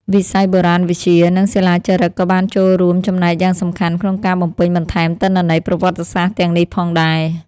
វិស័យបុរាណវិទ្យា និងសិលាចារឹកក៏បានចូលរួមចំណែកយ៉ាងសំខាន់ក្នុងការបំពេញបន្ថែមទិន្នន័យប្រវត្តិសាស្ត្រទាំងនេះផងដែរ។